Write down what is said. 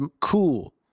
cool